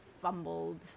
fumbled